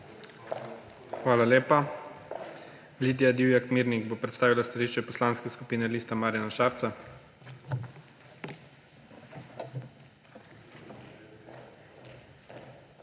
Hvala lepa. Lidija Divjak Mirnik bo predstavila stališče Poslanske skupine Liste Marjana Šarca.